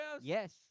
Yes